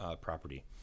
property